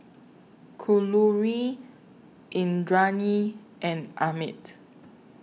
Kalluri Indranee and Amit